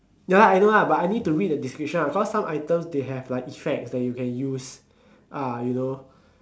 ya lah I know lah but I need to read the description [what] cause some items they have like effects that you can use ah you know